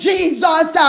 Jesus